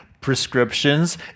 prescriptions